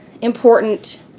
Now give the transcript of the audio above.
important